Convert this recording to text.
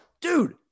dude